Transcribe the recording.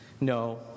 No